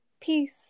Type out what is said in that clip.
Peace